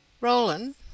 Roland